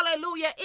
hallelujah